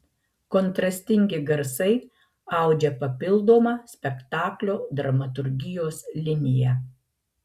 kontrastingi garsai audžia papildomą spektaklio dramaturgijos liniją